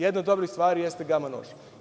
Jedna od dobrih stvari jeste gama nož.